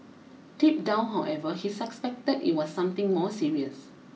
deep down however he suspected it was something more serious